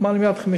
מה שהיה במצוקה,